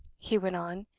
he went on,